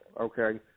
okay